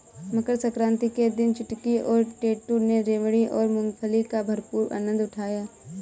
मकर सक्रांति के दिन चुटकी और टैटू ने रेवड़ी और मूंगफली का भरपूर आनंद उठाया